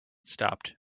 stopped